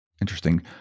Interesting